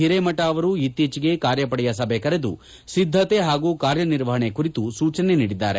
ಹಿರೇಮಠ ಅವರು ಇತ್ತೀಚಿಗೆ ಕಾರ್ಯಪಡೆಯ ಸಭೆ ಕರೆದು ಸಿದ್ದತೆ ಹಾಗೂ ಕಾರ್ಯನಿರ್ವಹಣೆ ಕುರಿತು ಸೂಚನೆ ನೀಡಿದ್ದಾರೆ